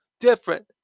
different